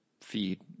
feed